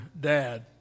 dad